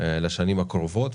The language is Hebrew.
לשנים הקרובות.